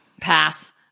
pass